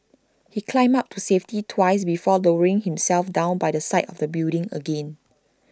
he climbed up to safety twice before lowering himself down by the side of the building again